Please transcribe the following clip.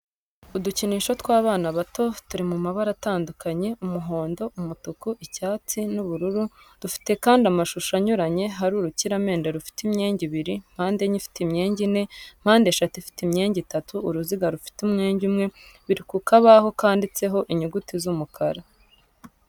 Udukinisho tw'abana bato turi mu mabara atandukanye umuhondo, umutuku, icyatsi, n'ubururu dufite kandi amashusho anyuranye hari urukiramende rufite imyenge ibiri, mpandenye ifite imyenge ine, mpandeshatu ifite imyenge itatu, uruziga rufite umwenge umwe, biri ku kabaho kanditseho inyuguti z'umukara.